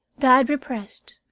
died repressed,